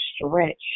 stretch